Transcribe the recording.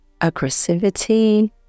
aggressivity